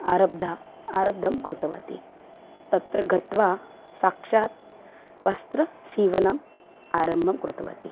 आरम्भम् आरम्भं कृतवती तत्र गत्वा साक्षात् वस्त्रसीवनम् आरम्भं कृतवती